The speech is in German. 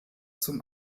zum